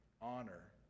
honor